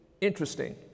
interesting